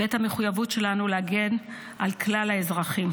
ואת המחויבות שלנו להגן על כלל האזרחים.